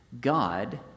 God